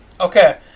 Okay